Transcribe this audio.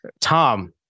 Tom